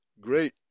great